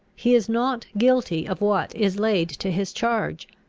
he is not guilty of what is laid to his charge.